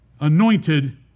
Anointed